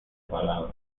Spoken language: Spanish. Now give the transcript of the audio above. palabra